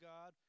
God